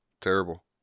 terrible